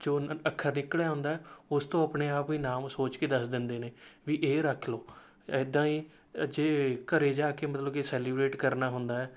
ਜੋ ਅੱਖਰ ਨਿਕਲਿਆ ਹੁੰਦਾ ਉਸ ਤੋਂ ਆਪਣੇ ਆਪ ਹੀ ਨਾਮ ਉਹ ਸੋਚ ਕੇ ਦੱਸ ਦਿੰਦੇ ਨੇ ਵੀ ਇਹ ਰੱਖ ਲਉ ਇੱਦਾਂ ਹੀ ਜੇ ਘਰ ਜਾ ਕੇ ਮਤਲਬ ਕਿ ਸੈਲੀਬਰੇਟ ਕਰਨਾ ਹੁੰਦਾ ਹੈ